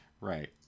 right